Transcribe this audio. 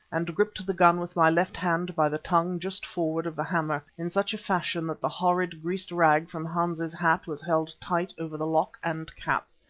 and gripped the gun with my left hand by the tongue just forward of the hammer, in such a fashion that the horrid greased rag from hans's hat was held tight over the lock and cap.